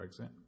Brexit